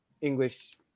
English